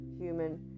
human